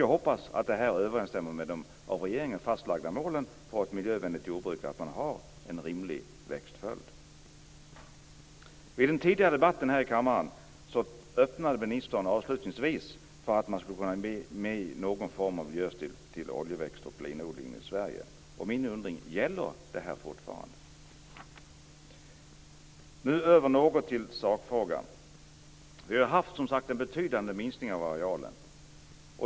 Jag hoppas att det överensstämmer med de av regeringen fastlagda målen för ett miljövänligt jordbruk att man har en rimlig växtföljd. Vid den tidigare debatten här i kammaren öppnade ministern avslutningsvis för att man skulle kunna ge någon form av miljöstöd till oljeväxt och linodlingen i Sverige. Min undring är: Gäller det fortfarande? Så över till sakfrågan. Vi har som sagt haft en betydande minskning av arealen.